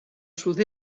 sud